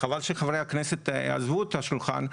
חבל שחברי הכנסת עזבו את השולחן,